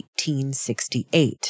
1868